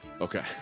Okay